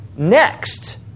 Next